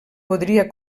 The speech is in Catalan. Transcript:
podria